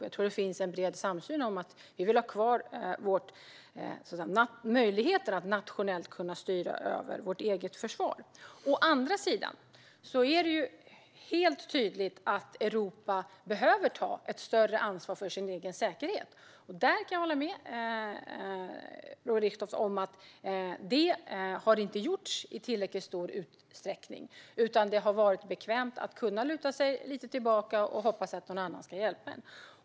Jag tror att det finns en bred samsyn om att vi vill ha kvar möjligheten att nationellt styra över vårt eget försvar. Det är helt tydligt att Europa behöver ta ett större ansvar för sin egen säkerhet. Jag kan hålla med Roger Richtoff om att detta inte har gjorts i tillräckligt stor utsträckning. Det har varit bekvämt att kunna luta sig lite tillbaka och hoppas att någon annan ska hjälpa en.